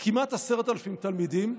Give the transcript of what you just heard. כמעט 10,000 תלמידים,